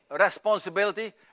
responsibility